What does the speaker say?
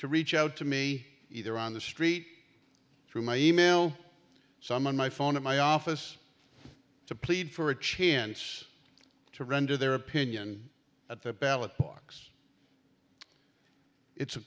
to reach out to me either on the street through my email some on my phone or my office to plead for a chance to render their opinion at the ballot box it's